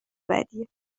بدیه